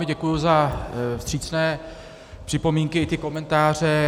Děkuju vám za vstřícné připomínky i ty komentáře.